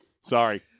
Sorry